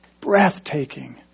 Breathtaking